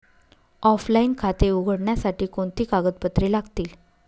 Offline खाते उघडण्यासाठी कोणती कागदपत्रे लागतील?